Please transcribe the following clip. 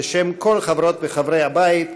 בשם כל חברות וחברי הבית,